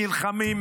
נלחמים,